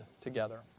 together